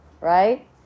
right